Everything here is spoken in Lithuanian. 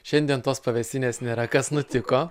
šiandien tos pavėsinės nėra kas nutiko